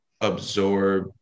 absorb –